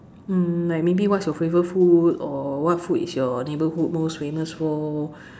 mm like maybe what is your favorite food or what food is your neighborhood most famous for`